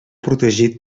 protegit